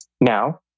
Now